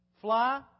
Fly